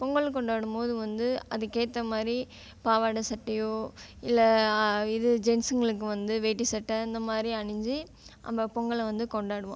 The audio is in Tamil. பொங்கல் கொண்டாடும்போது வந்து அதுக்கேற்ற மாதிரி பாவாடை சட்டையோ இல்லை இது ஜென்ஸுங்களுக்கு வந்து வேட்டி சட்டை அந்தமாதிரி அணிஞ்சு நம்ம பொங்கலை வந்து கொண்டாடுவோம்